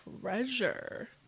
treasure